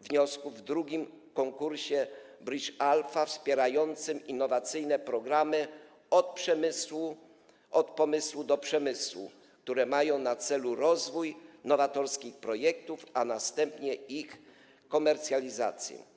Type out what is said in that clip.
wniosków w drugim konkursie Bridge Alfa wspierającym innowacyjne programy „od pomysłu do przemysłu”, które mają na celu rozwój nowatorskich projektów, a następnie ich komercjalizację.